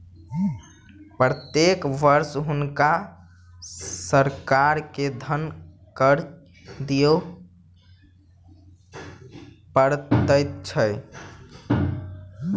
प्रत्येक वर्ष हुनका सरकार के धन कर दिअ पड़ैत छल